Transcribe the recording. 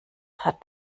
hat